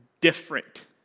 different